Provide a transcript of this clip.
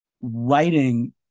writing